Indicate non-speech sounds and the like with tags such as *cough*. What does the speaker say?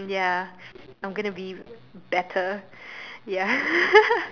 ya I'm gonna be better ya *laughs*